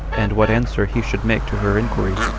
and what answer he should make to her inquiry.